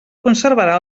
conservarà